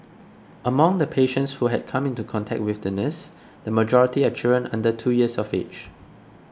among the patients who had come into contact with the nurse the majority are children under two years of age